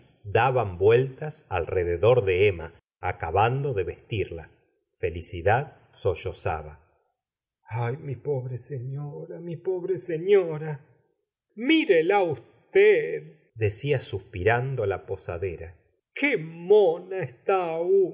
daban vueltas alrededor de emma acabando de vestirla felicidad sollozaba ay mi pobre señora mi pobre señora mirela usted decia suspirando la posadera gustavo flaubert qué mona está